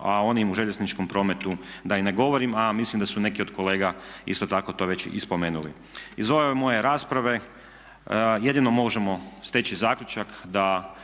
a onim u željezničkom prometu da i ne govorim. A mislim da su neki od kolega isto tako to već i spomenuli. Iz ove moje rasprave jedino možemo steći zaključak da